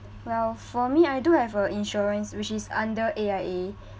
well for me I do have uh insurance which is under A_I_A